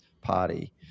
party